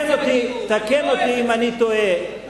אני לא אוהב את זה.